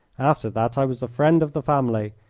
after that i was the friend of the family,